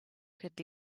could